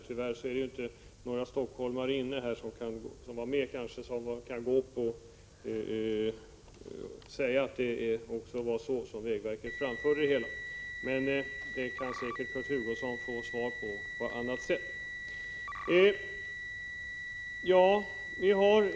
Tyvärr är det väl inte några stockholmare inne här som kan bekräfta att det var så vägverket framförde det hela, men det kan Kurt Hugosson säkert få besked om på annat sätt.